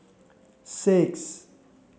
six